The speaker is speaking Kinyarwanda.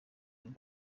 ine